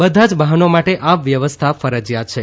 બધા જ વાહનો માટે આ વ્યવસ્થા ફરજિયાત છે